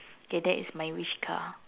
okay that is my wish car